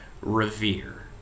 revere